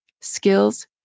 skills